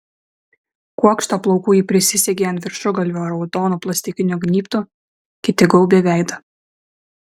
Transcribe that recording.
kuokštą plaukų ji prisisegė ant viršugalvio raudonu plastikiniu gnybtu kiti gaubė veidą